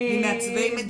ממעצבי מדיניות?